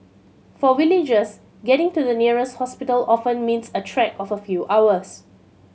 for villagers getting to the nearest hospital often means a trek of a few hours